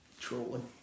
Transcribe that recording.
Trolling